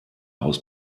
aus